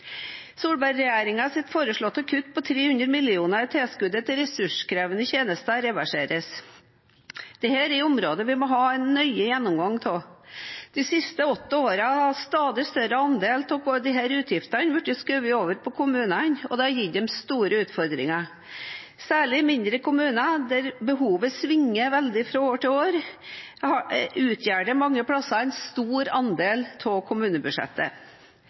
foreslåtte kutt på 300 mill. kr i tilskuddet til ressurskrevende tjenester reverseres. Dette er et område vi må ha en nøye gjennomgang av. De siste åtte årene har en stadig større andel av disse utgiftene blitt skjøvet over til kommunene, og dette har gitt dem store utfordringer. Særlig i mindre kommuner, der behovet svinger veldig fra år til år, utgjør dette mange steder en stor andel av kommunebudsjettet.